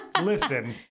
Listen